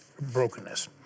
brokenness